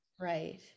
right